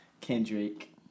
Kendrick